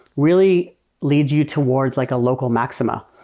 really leads you towards like a local maxima.